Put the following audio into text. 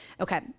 Okay